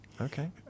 Okay